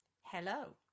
Hello